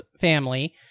family